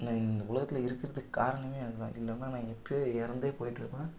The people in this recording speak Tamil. நான் இந்த உலகத்தில் இருக்கிறதுக்கு காரணமே அதுதான் இல்லைன்னா நான் எப்பையோ இறந்தே போயிவிட்டு இருப்பேன்